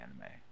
anime